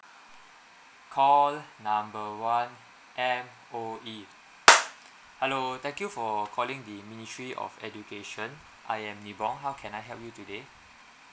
call number one M_O_E hello thank you for calling the ministry of education I am nie bong how can I help you today